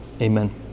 Amen